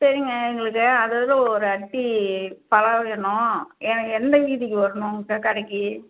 சரிங்க எங்களுக்கு அததில் ஒரு அட்டி பழம் வேணும் எ எந்த வீதிக்கு வரணும் உங்கள் சார் கடைக்கு